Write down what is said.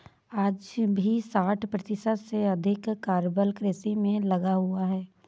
आज भी साठ प्रतिशत से अधिक कार्यबल कृषि में लगा हुआ है